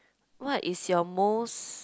what is your most